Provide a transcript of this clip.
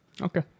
Okay